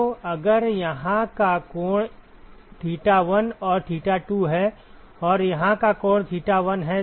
तो अगर यहाँ का कोण θ 1 और θ 2 है और यहाँ का कोण θ 1 है